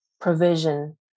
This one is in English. Provision